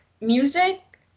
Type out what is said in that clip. music